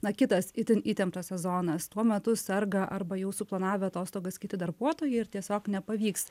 na kitas itin įtemptas sezonas tuo metu serga arba jau suplanavę atostogas kiti darbuotojai ir tiesiog nepavyks